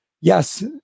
yes